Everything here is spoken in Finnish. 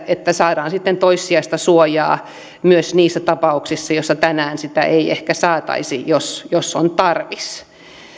että saadaan sitten toissijaista suojaa myös niissä tapauksissa joissa tänään sitä ei ehkä saataisi jos jos on tarvis